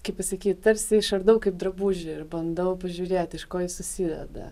kaip pasakyt tarsi išardau kaip drabužį ir bandau pažiūrėt iš ko jis susideda